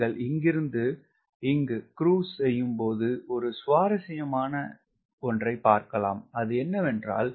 நீங்கள் இங்கிருந்து இங்கு க்ரூஸ் செய்யும் போது ஒரு சுவாரஸ்யமான ஒன்றை பார்க்கலாம் என்னவென்றால்